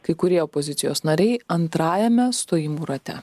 kai kurie opozicijos nariai antrajame stojimų rate